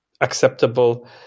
acceptable